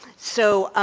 so